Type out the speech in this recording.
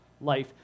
life